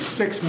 six